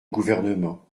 gouvernement